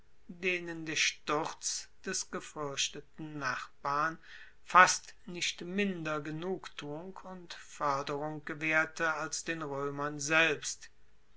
denen der sturz des gefuerchteten nachbarn fast nicht minder genugtuung und foerderung gewaehrte als den roemern selbst